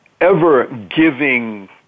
ever-giving